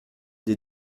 des